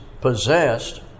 possessed